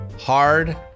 hard